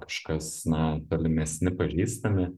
kažkas na tolimesni pažįstami